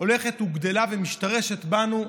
הולכים וגדלים ומשתרשים בנו.